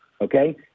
okay